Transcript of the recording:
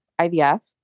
IVF